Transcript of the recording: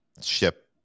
ship